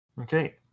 Okay